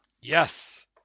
Yes